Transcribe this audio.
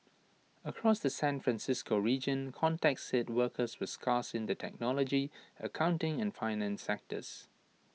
across the San Francisco region contacts said workers were scarce in the technology accounting and finance sectors